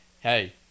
hey